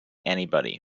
anybody